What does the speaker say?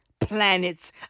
planets